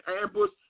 ambush